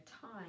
time